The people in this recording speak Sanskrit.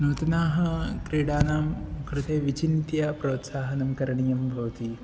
नूतनाः क्रीडानां कृते विचिन्त्य प्रोत्साहनं करणीयं भवति